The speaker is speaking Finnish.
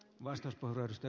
arvoisa puhemies